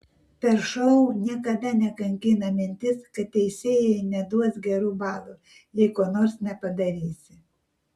per šou niekada nekankina mintis kad teisėjai neduos gerų balų jei ko nors nepadarysi